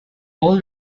all